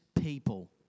people